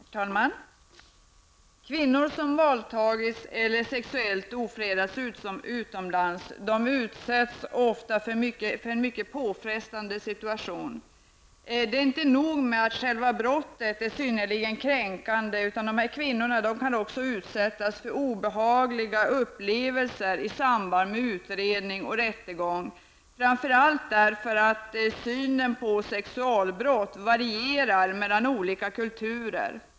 Herr talman! Kvinnor som våldtagits eller sexuellt ofredats utomlands utsätts ofta för en mycket påfrestande situation. Det är inte nog med att själva brottet är synnerligen kränkande, utan de här kvinnorna kan också utsättas för obehagliga upplevelser i samband med utredning och rättegång, framför allt därför att synen på sexualbrott varierar mellan olika kulturer.